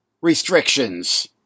restrictions